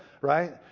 right